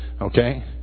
Okay